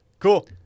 Cool